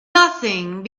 nothing